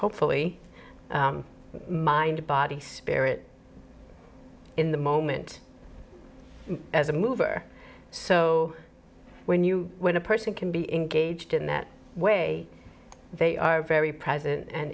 hopefully mind body spirit in the moment as a mover so when you when a person can be engaged in that way they are very present and